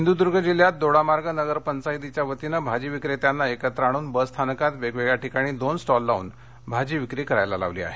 सिंधूदुर्ग जिल्ह्यात दोडामार्ग नगरपंचायतीच्या वतीनं भाजीविक्रेत्यांना एकत्र आणून बसस्थानकात वेगवेगळ्या ठिकाणी दोन स्टॉल लावून भाजी विक्री करायला लावली आहे